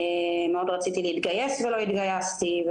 מאוד רציתי להתגייס ולא התגייסתי,